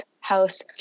House